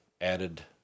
added